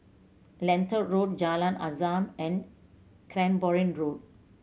Lentor Road Jalan Azam and Cranborne Road